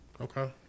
okay